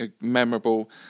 memorable